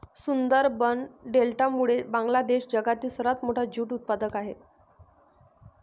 सुंदरबन डेल्टामुळे बांगलादेश जगातील सर्वात मोठा ज्यूट उत्पादक आहे